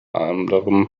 anderem